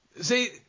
See